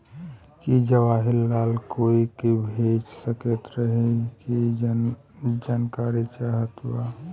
की जवाहिर लाल कोई के भेज सकने यही की जानकारी चाहते बा?